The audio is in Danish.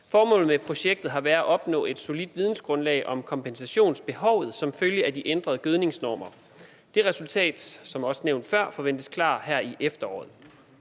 Formålet med projektet har været at opnå et solidt vidensgrundlag om kompensationsbehovet som følge af de ændrede gødningsnormer. Det resultat, som også nævnt før, forventes klart her i efteråret.